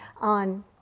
on